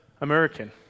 American